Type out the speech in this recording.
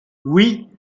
oui